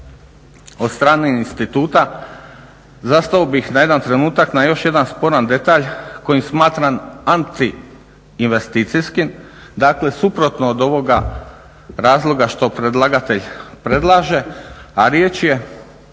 od strane instituta zastao bih na jedan trenutak na još jedan sporan detalj koji smatram antiinvesticijskim. Dakle, suprotno od ovoga razloga što predlagatelj predlaže, a riječ je